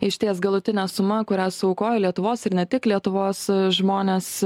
išties galutinė suma kurią suaukojo lietuvos ir ne tik lietuvos žmonės